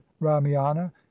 Ramiana